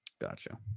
Gotcha